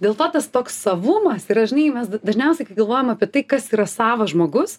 dėl to tas toks savumas yra žinai mes dažniausiai galvojam apie tai kas yra savas žmogus